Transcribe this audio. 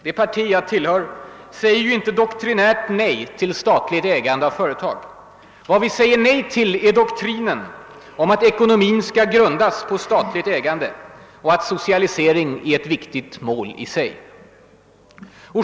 Det parti jag tillhör säger ju inte doktrinärt nej till statligt ägande av företag. Vad vi säger nej till är doktrinen om att ekonomin skall grundas på statligt ägande och att socialisering är ett viktigt mål i sig.